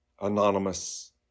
anonymous